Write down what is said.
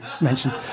mentioned